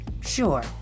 sure